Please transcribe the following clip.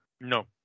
No